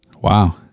Wow